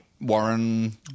Warren